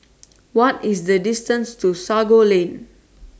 What IS The distance to Sago Lane